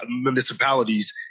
municipalities